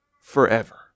forever